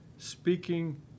Speaking